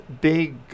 big